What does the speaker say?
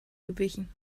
gewichen